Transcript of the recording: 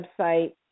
website